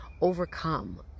overcome